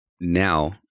now